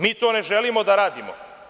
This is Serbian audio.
Mi to ne želimo da radimo.